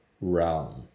realm